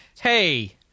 hey